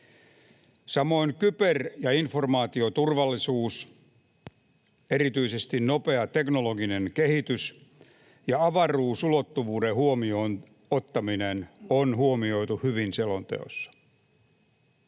Samoin kyber- ja informaatioturvallisuus, erityisesti nopea teknologinen kehitys ja avaruusulottuvuuden huomioon ottaminen, on huomioitu hyvin selonteossa.